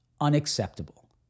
Unacceptable